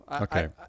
Okay